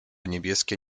niebieskie